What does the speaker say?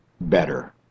better